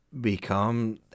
become